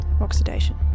oxidation